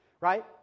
right